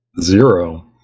Zero